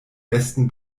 besten